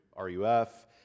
RUF